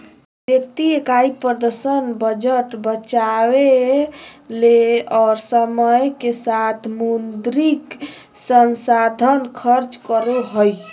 व्यक्ति इकाई प्रदर्शन बजट बचावय ले और समय के साथ मौद्रिक संसाधन खर्च करो हइ